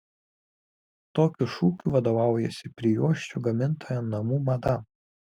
tokiu šūkiu vadovaujasi prijuosčių gamintoja namų madam